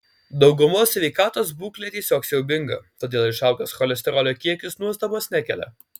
daugumos sveikatos būklė tiesiog siaubinga todėl išaugęs cholesterolio kiekis nuostabos nekelia